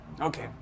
Okay